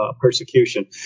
persecution